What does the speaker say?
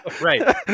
right